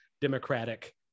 democratic